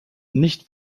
nicht